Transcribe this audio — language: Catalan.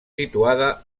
situada